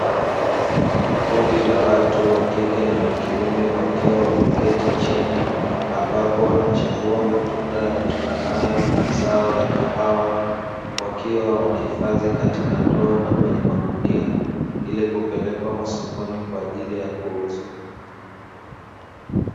Kundi la watu wa kike na wa kiume wakiwa wameketi chini ambapo wanachambua matunda yatokanayo na zao la kahawa wakiwa wanahifadhi katika ndoo na kwenye magunia ili kupelekwa masokoni kwa ajili ya kuuzwa.